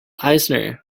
eisner